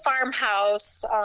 farmhouse